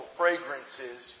fragrances